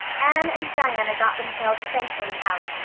anne and diana got themselves thankfully out,